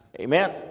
Amen